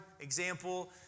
example